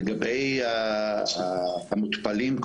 לגבי המטופלים,